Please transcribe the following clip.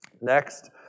Next